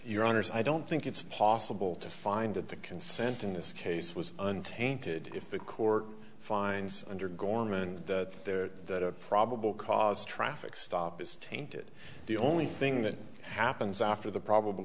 your honors i don't think it's possible to find that the consent in this case was untainted if the court finds under gorm and there that a probable cause traffic stop is tainted the only thing that happens after the probable